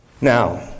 Now